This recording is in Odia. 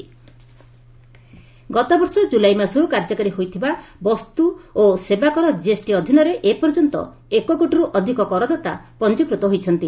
ଜିଏସ୍ଟି ବିଜିନିସ୍ ଗତବର୍ଷ ଜୁଲାଇ ମାସରୁ କାର୍ଯ୍ୟକାରୀ ହୋଇଥିବା ବସ୍ତୁ ଓ ସେବାକର ଜିଏସ୍ଟି ଅଧୀନରେ ଏପର୍ଯ୍ୟନ୍ତ ଏକ କୋଟିରୁ ଅଧିକ କରଦାତା ପଞ୍ଜିକୃତ ହୋଇଛନ୍ତି